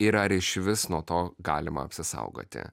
ir ar išvis nuo to galima apsisaugoti